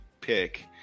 pick